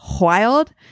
wild